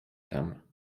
tam